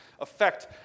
affect